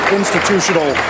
institutional